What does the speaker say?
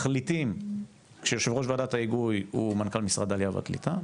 מחליטים כיושב ראש וועדת ההיגוי הוא מנכ"ל משרד העלייה והקליטה,